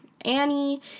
Annie